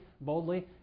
boldly